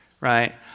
right